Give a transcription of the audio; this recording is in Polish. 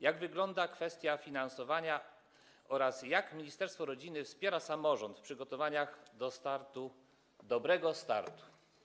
Jak wygląda kwestia finansowania oraz jak ministerstwo rodziny wspiera samorząd w przygotowaniach do startu „Dobrego startu”